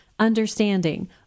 understanding